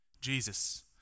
Jesus